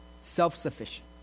self-sufficient